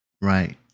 Right